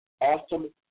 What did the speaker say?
awesome